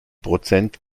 prozent